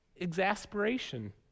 exasperation